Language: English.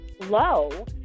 low